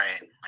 right